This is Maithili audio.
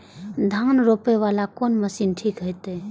धान रोपे वाला कोन मशीन ठीक होते?